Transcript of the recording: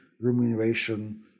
remuneration